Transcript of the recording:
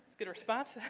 good response.